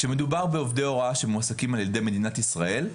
כשמדובר בעובדי הוראה שמועסקים על ידי מדינת ישראל,